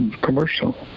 commercial